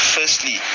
Firstly